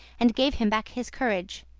and gave him back his courage.